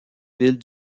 ville